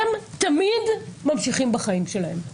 הם תמיד ממשיכים בחיים שלהם,